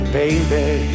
baby